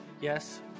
Yes